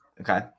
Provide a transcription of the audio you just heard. Okay